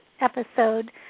episode